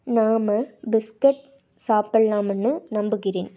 நாம் பிஸ்கட் சாப்பிட்லாம்னு நம்புகிறேன்